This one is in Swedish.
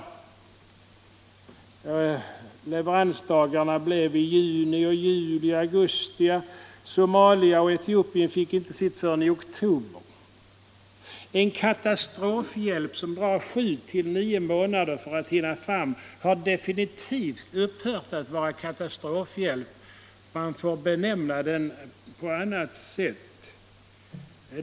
Huvuddelen av le — Granskning av veranserna ägde rum i juni, juli och augusti, och Somalia och Etiopien = statsrådens fick inte sitt vete förrän i oktober. En katastrofhjälp som tar sju till — tjänsteutövning nio månader för att komma fram har definitivt upphört att vara ka = m.m. tastrofhjälp. Man borde kalla den för något annat.